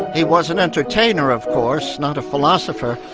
he was an entertainer of course, not a philosopher,